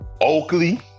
Oakley